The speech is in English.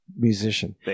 musician